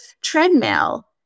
treadmill